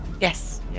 Yes